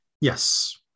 Yes